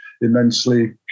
immensely